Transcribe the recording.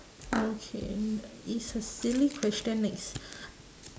okay it's a silly question next